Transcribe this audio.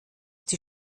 die